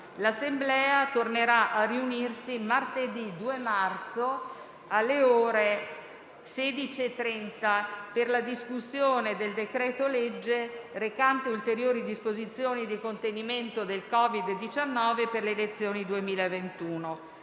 L'Assemblea tornerà a riunirsi martedì 2 marzo, alle ore 16,30, per la discussione del decreto-legge recante ulteriori disposizioni di contenimento del Covid-19 e per le elezioni 2021.